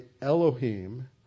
Elohim